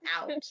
out